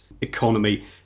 economy